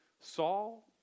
Saul